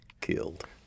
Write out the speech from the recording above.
killed